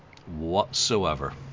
whatsoever